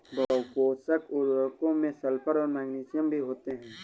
बहुपोषक उर्वरकों में सल्फर और मैग्नीशियम भी होते हैं